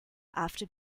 after